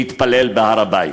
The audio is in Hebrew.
להתפלל בהר-הבית.